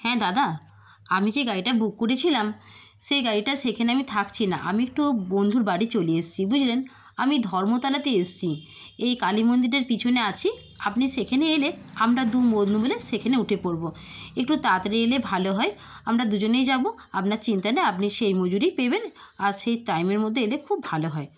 হ্যাঁ দাদা আমি যে গাড়িটা বুক করেছিলাম সেই গাড়িটা সেখানে আমি থাকছি না আমি একটু বন্ধুর বাড়ি চলে এসেছি বুঝলেন আমি ধর্মতলাতে এসেছি এই কালী মন্দিরের পিছনে আছি আপনি সেখানে এলে আমরা দু বন্ধু মিলে সেখানে উঠে পড়ব একটু তাড়াতাড়ি এলে ভালো হয় আমরা দুজনেই যাবো আপনার চিন্তা নেই আপনি সেই মজুরিই পাবেন আর সেই টাইমের মধ্যে এলে খুব ভালো হয়